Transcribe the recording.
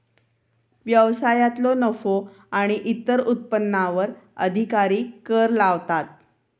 व्यवसायांतलो नफो आणि इतर उत्पन्नावर अधिकारी कर लावतात